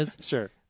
Sure